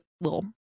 little